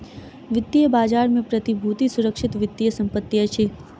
वित्तीय बजार में प्रतिभूति सुरक्षित वित्तीय संपत्ति अछि